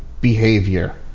behavior